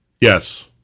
Yes